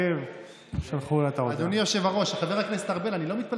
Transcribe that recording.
בהיותו הסדר שנועד לתת מענה לבעיה